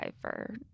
driver